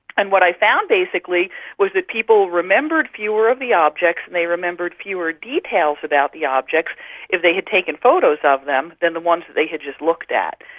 and what i found basically was that people remembered fewer of the objects and they remembered fewer details about the objects if they had taken photos of them than the ones that they had just looked at.